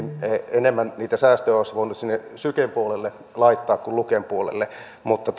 enemmän niitä säästöjä olisi voinut sinne syken puolelle laittaa kuin luken puolelle mutta